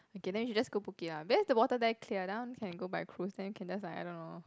okay then we should just go Phuket ah because the water there clear that one can go by cruise then can just like I don't know